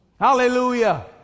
hallelujah